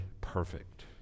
perfect